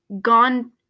gone